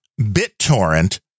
BitTorrent